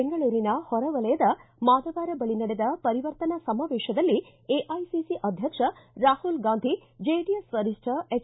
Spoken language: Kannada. ಬೆಂಗಳೂರಿನ ಹೊರವಲಯದ ಮಾದವಾರ ಬಳಿ ನಡೆದ ಪರಿವರ್ತನಾ ಸಮಾವೇಶದಲ್ಲಿ ಎಐಸಿಸಿ ಅಧ್ಯಕ್ಷ ರಾಹುಲ್ ಗಾಂಧಿ ಜೆಡಿಎಸ್ ವರಿಷ್ಠ ಎಚ್